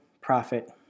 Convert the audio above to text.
profit